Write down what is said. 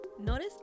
notice